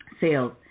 sales